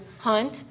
hunt